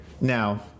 Now